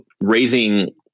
raising